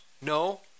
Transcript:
No